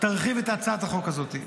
תרחיב את הצעת החוק הזאת.